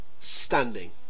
Standing